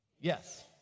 Yes